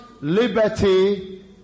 liberty